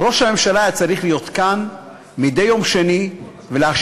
ראש הממשלה היה צריך להיות כאן מדי יום שני ולהשיב